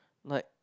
like